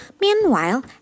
Meanwhile